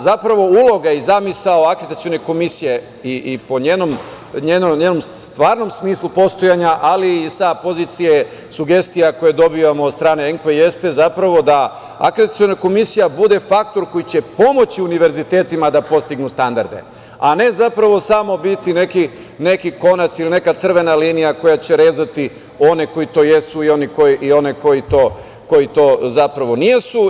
Zapravo uloga i zamisao akreditacione komisije i po njenom stvarnom smislu postojanja, ali i sa pozicije sugestija koje dobijamo od strane, jeste zapravo da akreditaciona komisija bude faktor koji će pomoći univerzitetima da postignu standarde, a ne zapravo samo biti neki konaca ili neka crvena linija koja će rezati one koji to jesu i one koji to zapravo nisu.